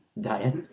Diet